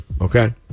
okay